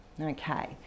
Okay